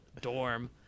dorm